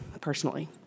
personally